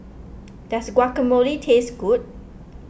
does Guacamole taste good